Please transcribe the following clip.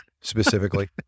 specifically